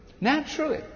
naturally